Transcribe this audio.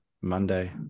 monday